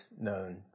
known